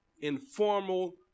informal